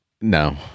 No